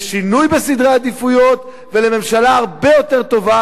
לשינוי בסדרי העדיפויות ולממשלה הרבה יותר טובה,